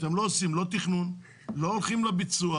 אתם לא עושים לא תכנון, לא הולכים לביצוע.